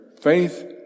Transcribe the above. faith